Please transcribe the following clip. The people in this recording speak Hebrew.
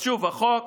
שוב, החוק